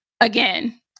again